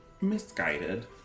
Misguided